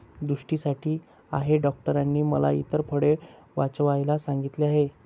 दृष्टीसाठी आहे डॉक्टरांनी मला इतर फळे वाचवायला सांगितले आहे